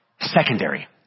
secondary